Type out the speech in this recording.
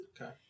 Okay